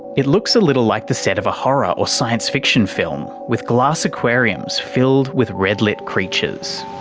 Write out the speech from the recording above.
it looks a little like the set of a horror or science fiction film, with glass aquariums filled with red-lit creatures.